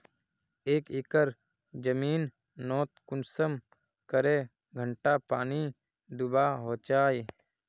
एक एकर जमीन नोत कुंसम करे घंटा पानी दुबा होचए?